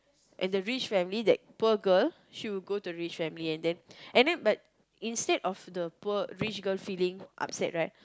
and the rich family that poor girl she will go to rich family and then and then but instead of the poor rich girl feeling upset right